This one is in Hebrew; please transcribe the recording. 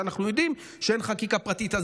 כשאנחנו יודעים שאין חקיקה פרטית.